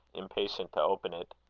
impatient to open it.